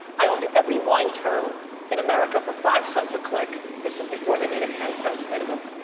i owned every wine term in america for five cents a click. this was before they made a ten cents minimum.